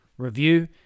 review